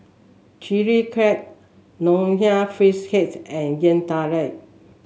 Chili Crab Nonya Fish Head and Yam Talam